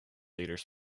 leaders